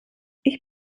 ich